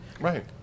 right